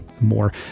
more